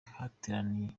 hateraniye